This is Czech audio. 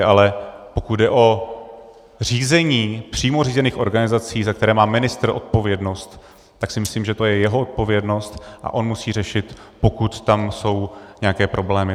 Ale pokud jde o řízení přímo řízených organizací, za které má ministr odpovědnost, tak si myslím, že to je jeho odpovědnost a on musí řešit, pokud tam jsou nějaké problémy.